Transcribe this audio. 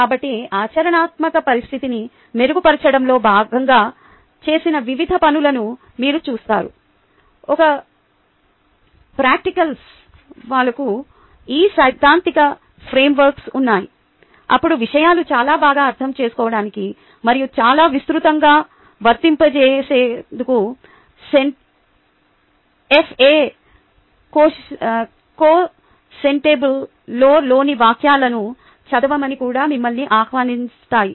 కాబట్టి ఆచరణాత్మక పరిస్థితిని మెరుగుపరచడంలో భాగంగా చేసిన వివిధ పనులను మీరు చూస్తారు ఒక ప్రాక్టికల్ సవాలుకు ఈ సైద్ధాంతిక ఫ్రేమ్వర్క్ ఉన్నాయి అప్పుడు విషయాలు చాలా బాగా అర్థం చేసుకోవడానికి మరియు చాలా విస్తృతంగా వర్తింపజేయడానికి ఉపయోగించవచ్చు